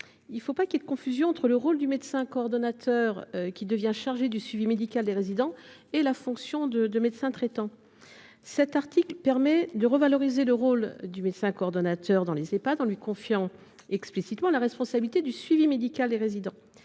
Il ne faut pas faire de confusion entre le rôle du médecin coordonnateur, qui est maintenant chargé du suivi médical des résidents, et la fonction de médecin traitant. L’article 3 A permet de revaloriser le rôle du médecin coordonnateur dans les Ehpad en lui confiant explicitement la responsabilité du suivi médical des résidents.